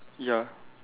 ya